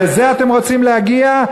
לזה אתם רוצים להגיע?